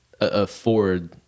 afford